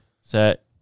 set